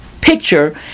picture